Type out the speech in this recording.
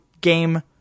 game